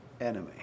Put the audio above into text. enemy